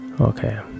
Okay